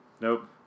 Nope